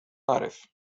أعرف